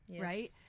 right